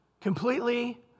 Completely